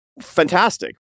fantastic